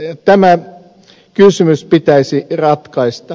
tämä kysymys pitäisi ratkaista